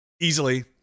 easily